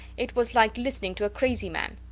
it was like listening to a crazy man.